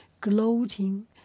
gloating